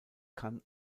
kann